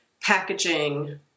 packaging